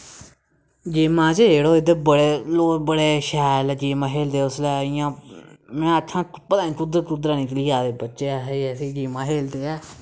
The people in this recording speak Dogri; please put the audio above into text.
गेमां च यरो इद्धर बड़े लोग बड़े शैल गेमां खेलदे उसलै इ'यां में में आखना पता नी कुद्धरा कुद्धरा निकली आए दे बच्चे ऐसी ऐसी गेमां खेलदे ऐ